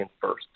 first